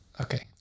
Okay